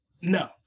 No